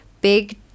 big